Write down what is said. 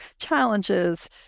challenges